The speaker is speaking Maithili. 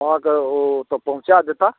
अहाँकऽ ओ ओतऽ पहुँचा देताह